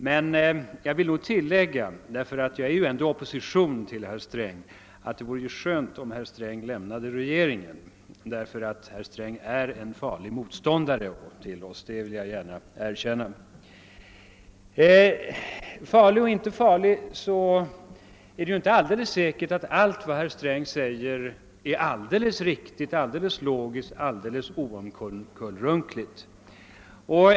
Men jag vill tillägga, eftersom jag ändå står i opposition till herr Sträng, att det vore skönt om han lämnade regeringen, eftersom herr Sträng är en farlig motståndare till oss — det vill jag gärna erkänna. Farlig eller inte farlig är det emellertid inte alldeles säkert att allt vad herr Sträng säger är helt riktigt, logiskt eller oomkullrunkligt.